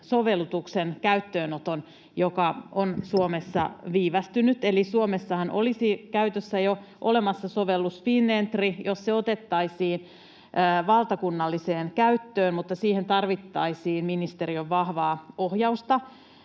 sovellutuksen käyttöönoton, joka on Suomessa viivästynyt. Eli Suomessahan olisi jo olemassa sovellus Finentry, jos se otettaisiin valtakunnalliseen käyttöön, mutta siihen tarvittaisiin ministeriön vahvaa ohjausta.